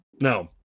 No